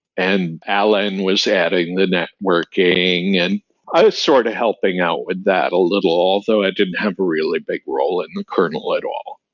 and allan was adding the networking. and i was sort of helping out that a little, although i didn't have a really big role in the kernel at all.